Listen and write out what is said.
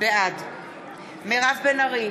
בעד מירב בן ארי,